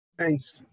Thanks